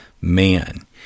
man